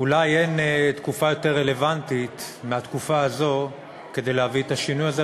אולי אין תקופה יותר רלוונטית מהתקופה הזאת כדי להביא את השינוי הזה,